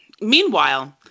meanwhile